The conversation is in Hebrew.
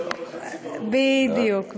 07:30, בבוקר.